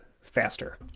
faster